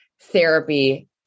therapy